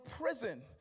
prison